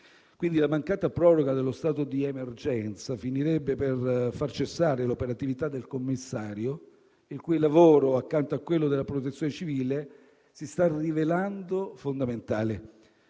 Quindi, la mancata proroga dello stato di emergenza finirebbe per far cessare l'operatività del commissario, il cui lavoro, accanto a quello della Protezione civile, si sta rivelando fondamentale.